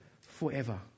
forever